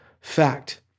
fact